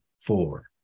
four